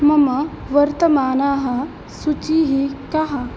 मम वर्तमानाः सूचीः काः